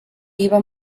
iba